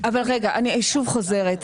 אבל אני שוב חוזרת,